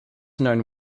known